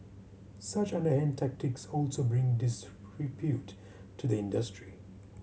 such underhand tactics also bring disrepute to the industry